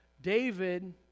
David